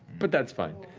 but that's fine.